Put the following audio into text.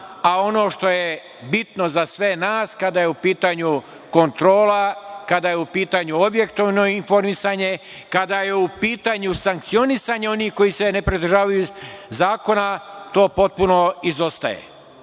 a ono što je bitno za sve nas kada je u pitanju kontrola, kada je u pitanju objektivno informisanje, kada je u pitanju sankcionisanje onih koji se ne pridržavaju zakona to potpuno